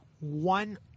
one